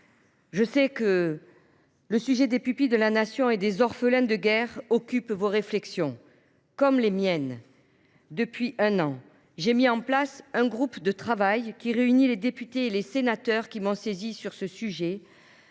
Je sais que le sujet des pupilles de la Nation et des orphelins de guerre occupe vos réflexions, comme les miennes, depuis un an. J’ai mis en place un groupe de travail réunissant les députés et les sénateurs qui m’ont saisie de ce sujet,